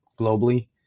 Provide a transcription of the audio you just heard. globally